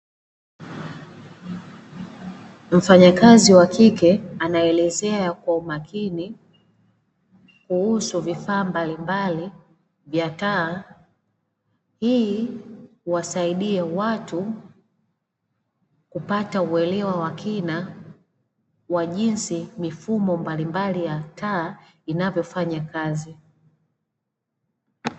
Mfanyakazi wakike anaelezea kwa umakini, kuhusu vifaa mbalimbali vya taa, hii huwasaidia watu kupata uelewa wa kina wa jinsi mifumo mbalimbali ya taa inavyofanya kazi.